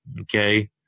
okay